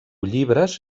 llibres